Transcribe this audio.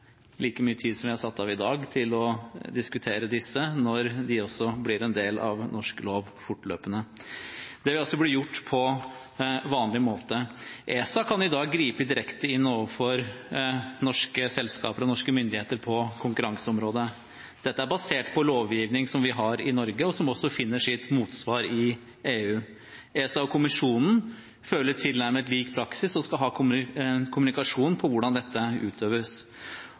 like mye tid som vi har satt av i dag til å diskutere disse, når de også blir en del av norsk lov fortløpende. Det vil altså bli gjort på vanlig måte. ESA kan i dag gripe direkte inn overfor norske selskaper og norske myndigheter på konkurranseområdet. Dette er basert på lovgivning vi har i Norge, og som også finner sitt motsvar i EU. ESA og kommisjonen følger tilnærmet lik praksis og skal ha kommunikasjon om hvordan dette utøves.